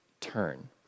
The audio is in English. turn